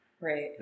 right